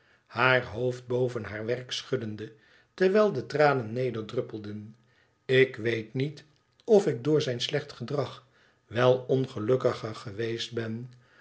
haar hoofd boven haar werk schuddende terwijl de tranen nederdruppelden ik weet niet of ik door zijn slecht gedrag wel ongelukkiger geweest ben